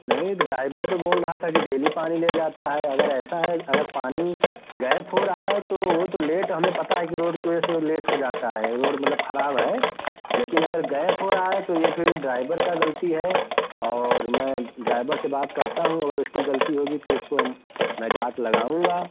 नहीं तो ड्राइवर तो बोल रहा था कि डेली पानी ले जाता है अगर ऐसा है अगर पानी गैप हो रहा है तो वो तो लेट हमें पता है कि रोड की वजह से वो लेट हो जाता है रोड मतलब खराब है लेकिन अगर गैप हो रहा है तो ये फिर ड्राइवर का गलती है और मैं ड्राइवर से बात करता हूँ अगर उसकी गलती होगी तो इसको हम मैं डाँट लगाऊँगा